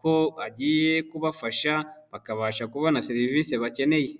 ko agiye kubafasha bakabasha kubona serivise bakeneye.